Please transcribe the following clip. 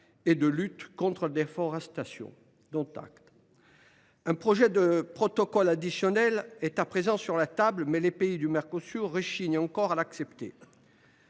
et de lutte contre la déforestation. Dont acte. Un projet de protocole additionnel est à présent sur la table, mais les pays du Mercosur rechignent encore à l’accepter.